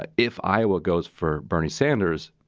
but if iowa goes for bernie sanders,